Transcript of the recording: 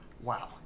Wow